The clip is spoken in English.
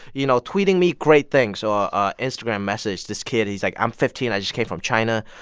you know, tweeting me great things or instagram message. this kid he's like, i'm fifteen. i just came from china.